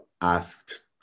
asked